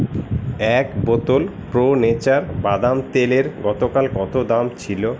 এক বোতল Pro Nature বাদাম তেলের গতকাল কত দাম ছিল